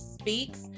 Speaks